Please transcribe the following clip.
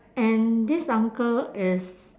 and this uncle is